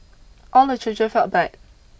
all the children felt bad